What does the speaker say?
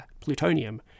plutonium